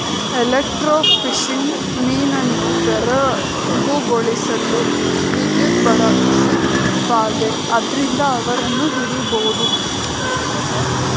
electrofishing ಮೀನನ್ನು ಬೆರಗುಗೊಳಿಸಲು ವಿದ್ಯುತ್ ಬಳಸುತ್ತದೆ ಆದ್ರಿಂದ ಅವನ್ನು ಹಿಡಿಬೋದು